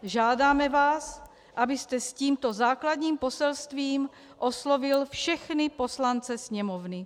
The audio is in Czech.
Žádáme vás, abyste s tímto základním poselstvím oslovil všechny poslance Sněmovny.